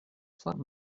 saint